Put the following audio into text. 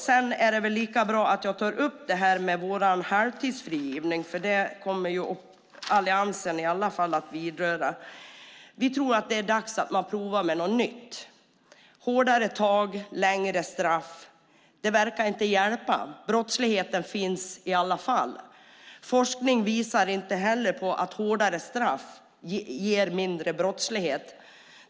Det är väl lika bra att jag tar upp det här med halvtidsfrigivningen, för det kommer Alliansen ändå att vidröra. Vi tror att det är dags att man provar något nytt. Hårdare tag och längre straff verkar inte hjälpa. Brottsligheten finns i alla fall. Forskning visar inte heller på att hårdare straff ger mindre brottslighet.